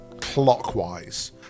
clockwise